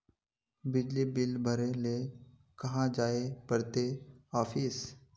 बिजली बिल भरे ले कहाँ जाय पड़ते ऑफिस?